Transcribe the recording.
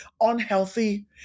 unhealthy